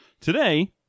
Today